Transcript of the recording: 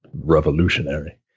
revolutionary